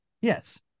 Yes